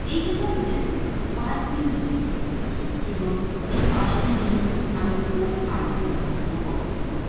এই দুর্গাপূজা পাঁচ দিন ধরে হয় এবং এই পাঁচটি দিনই আমি খুব আনন্দ উপভোগ করি